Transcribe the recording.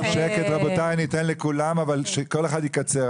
רבותיי, אני אתן לכולם, אבל שכל אחד יקצר.